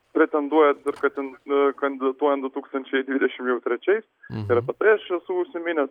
pretenduojant ir kandidatuojant du tūkstančiai dvidešimt jau trečiais ir apie tai aš esu užsiminęs